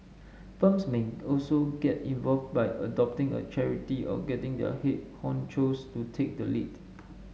firms may also get involved by adopting a charity or getting their head honchos to take the lead